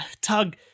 Tug